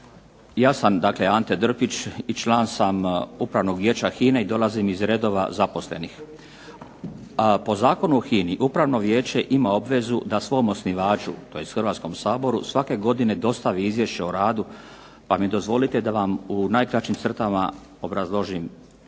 Ja sam dakle Ante Drpić i član sam Upravnog vijeća HINA-e i dolazim iz redova zaposlenih. Po Zakonu o HINA-i Upravno vijeće ima obvezu da svom osnivaču, tj. Hrvatskom saboru svake godine dostavi Izvješće o radu, pa mi dozvolite da vam u najkraćim crtama obrazložim